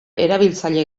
erabiltzaile